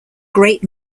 great